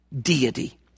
deity